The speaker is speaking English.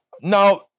Now